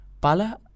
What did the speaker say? pala